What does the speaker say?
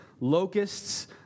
locusts